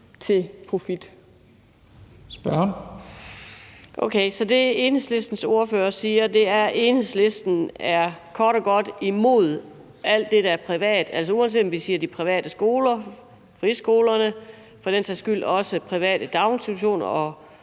Matthiesen (V): Okay, så det, Enhedslistens ordfører siger, er, at Enhedslisten kort og godt er imod alt det, der er privat, og det er, uanset om vi siger de private skoler, friskolerne og for den sags skyld også private daginstitutioner og